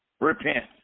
Repent